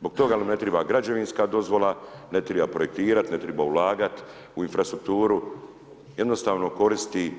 Zbog toga jel mu ne treba građevinska dozvola, ne treba projektirati, ne treba ulagati u infrastrukturu, jednostavno koristi